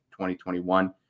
2021